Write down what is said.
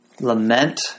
lament